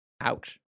Ouch